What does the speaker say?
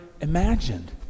imagined